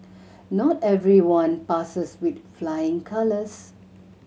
not everyone passes with flying colours